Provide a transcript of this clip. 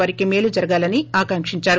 వారికి మేలుజరగాలనిఆకాంకిందారు